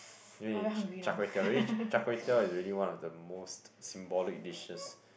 really char-kway-teow really char-kway-teow is really one of the most symbolic dishes